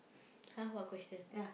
!huh! what question